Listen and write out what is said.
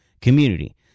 community